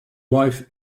wife